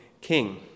king